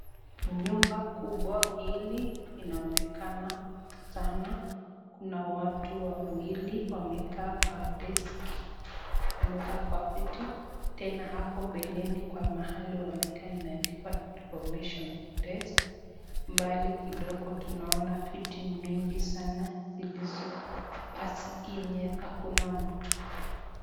Nyumba kubwa hili inaonekana sana. Kuna watu wawili wamekaa kwa deski, wamekaa kwa viti, tena hapo mbeleni kwa mahali wamekaa imeandikwa [information desk]. Mbali kidogo tunaona viti mingi sana, yenye hakuna mtu.